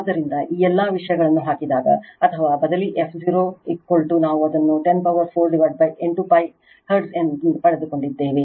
ಆದ್ದರಿಂದ ಈ ಎಲ್ಲ ವಿಷಯವನ್ನು ಹಾಕಿದಾಗ ಅಥವಾ ಬದಲಿ f0 ನಾವು ಅದನ್ನು 10 ಪವರ್ 4 8π ಹರ್ಟ್ಜ್ ಪಡೆದುಕೊಂಡಿದ್ದೇವೆ